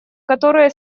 которые